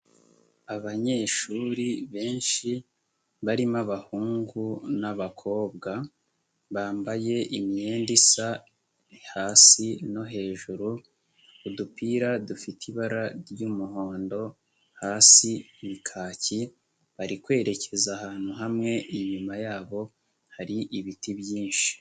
abanyeshuri benshi barimo abahungu n'abakobwa bambaye imyenda isa hasi no hejuru, udupira dufite ibara ry'umuhondo, hasi ni kaki, bari kwerekeza ahantu hamwe, inyuma yabo hari ibiti byinshi.